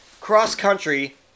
cross-country